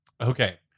okay